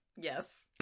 Yes